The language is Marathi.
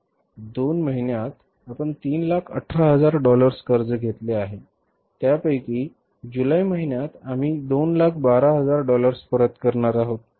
दोन महिन्यात आपण 318000 डॉलर्स कर्ज घेतले आहे त्यापैकी जुलै महिन्यात आम्ही 212000 डॉलर्स परत करणार आहोत